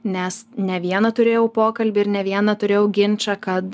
nes ne vieną turėjau pokalbį ir ne vieną turėjau ginčą kad